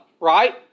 right